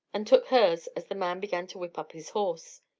and took hers as the man began to whip up his horse.